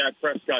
Prescott